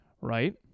Right